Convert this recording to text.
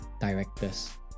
directors